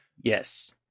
Yes